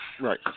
right